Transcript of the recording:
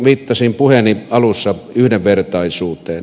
viittasin puheeni alussa yhdenvertaisuuteen